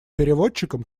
переводчикам